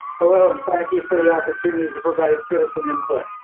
hello and thank you for the opportunity to provide citizen input.